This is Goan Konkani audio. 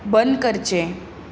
बंद करचें